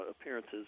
appearances